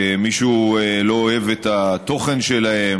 שמישהו לא אוהב את התוכן שלהם,